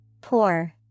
Poor